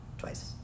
twice